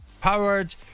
Powered